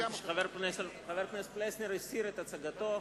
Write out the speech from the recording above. חבר הכנסת פלסנר הסיר את השגתו.